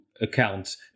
accounts